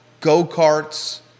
go-karts